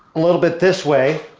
a little bit this way